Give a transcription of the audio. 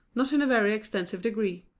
not in a very extensive degree.